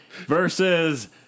versus